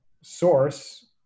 source